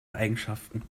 eigenschaften